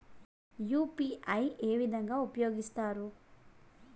UPI ఏ విధంగా ఉపయోగిస్తారు?